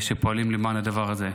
שפועלים למען הדבר הזה.